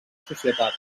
societat